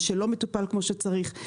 שלא מטופל כמו שצריך.